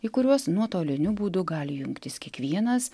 į kuriuos nuotoliniu būdu gali jungtis kiekvienas